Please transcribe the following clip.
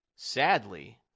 Sadly